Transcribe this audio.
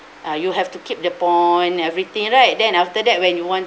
ah you have to keep the point everything right then after that when you want